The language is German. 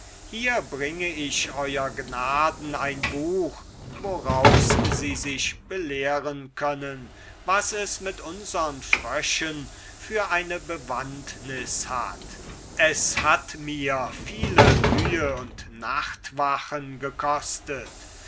hier bringe ich ew gnaden ein buch woraus sie sich belehren können was es mit unsern fröschen für eine bewandtnis hat es hat mir viele mühe und nachtwachen gekostet